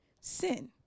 sin